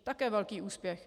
Také velký úspěch.